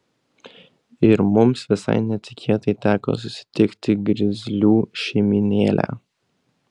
ir mums visai netikėtai teko susitikti grizlių šeimynėlę